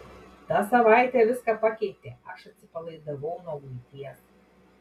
ta savaitė viską pakeitė aš atsipalaidavau nuo buities